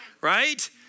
right